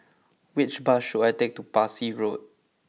which bus should I take to Parsi Road